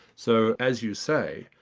so, as you say,